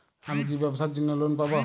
আমি কি ব্যবসার জন্য লোন পাব?